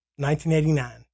1989